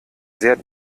sehr